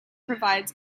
provides